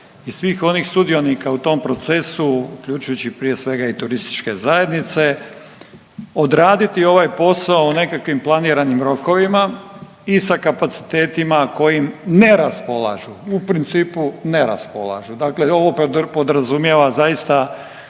i svih onih sudionika u tom procesu, uključujući prije svega i turističke zajednice, odraditi ovaj posao u nekakvim planiranim rokovima i sa kapacitetima kojim ne raspolažu u principu ne raspolažu, dakle ovo podrazumijeva zaista